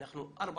אנחנו ארבע